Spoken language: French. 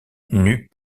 n’eût